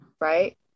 right